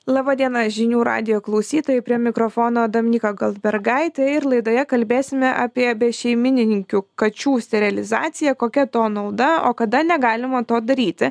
laba diena žinių radijo klausytojai prie mikrofono dominyka goldbergaitė ir laidoje kalbėsime apie bešeiminininkių kačių sterilizaciją kokia to nauda o kada negalima to daryti